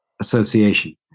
association